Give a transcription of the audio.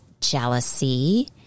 jealousy